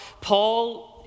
Paul